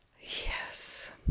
Yes